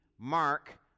mark